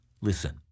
Listen